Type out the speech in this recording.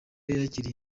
yakiriye